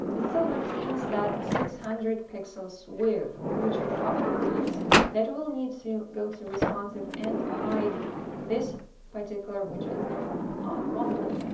it still retains that six hundred pixels width, which probably means that we'll need to go to responsive and hide this particular widget on mobile